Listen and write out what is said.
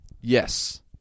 Yes